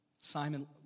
Simon